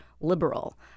liberal